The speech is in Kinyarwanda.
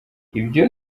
ibyo